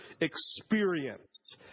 experience